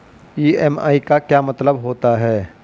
EMI का क्या मतलब होता है?